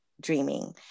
Dreaming